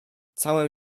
całe